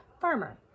farmer